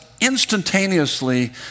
instantaneously